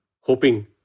hoping